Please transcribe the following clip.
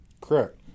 Correct